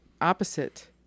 opposite